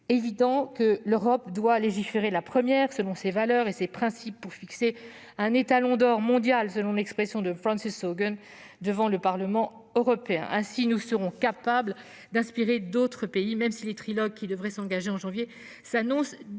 primordial que l'Europe légifère la première, selon ses valeurs et ses principes, pour fixer un « étalon-or » mondial, selon l'expression de France Haugen devant le Parlement européen. Ainsi, nous serons capables d'inspirer d'autres pays. Même si les trilogues qui devraient être lancés en janvier s'annoncent